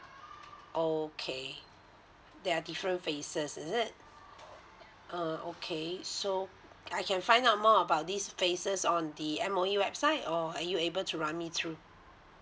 okay there are different phases is it uh okay so I can find out more about these phases on the M_O_E website or are you able to run me through